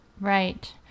Right